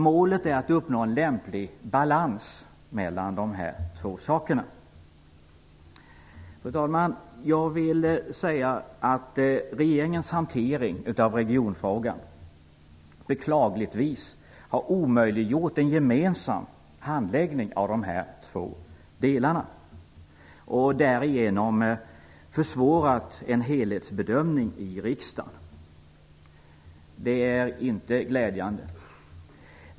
Målet är att uppnå lämplig balans mellan dessa båda. Regeringens hantering av regionfrågan har beklagligtvis omöjliggjort en gemensam handläggning av de båda delarna och därigenom försvårat en helhetsbedömning i riksdagen. Detta är inte glädjande.